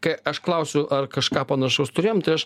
kai aš klausiu ar kažką panašaus turėjom tai aš